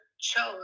chose